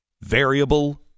variable